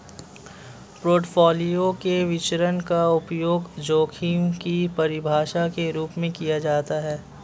portfolio के विचरण का उपयोग जोखिम की परिभाषा के रूप में किया जाता है